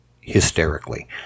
hysterically